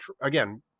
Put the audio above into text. Again